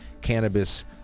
cannabis